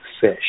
fish